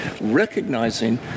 recognizing